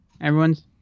Everyone's